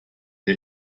der